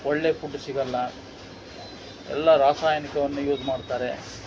ಒಳ್ಳೆಯ ಫುಡ್ ಸಿಗೋಲ್ಲ ಎಲ್ಲ ರಾಸಾಯನಿಕವನ್ನು ಯೂಸ್ ಮಾಡ್ತಾರೆ